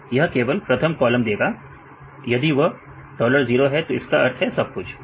विद्यार्थी प्रथम कॉलम यह केवल प्रथम कॉलम देगा यदि वह डॉलर जीरो है तो इसका अर्थ है सब कुछ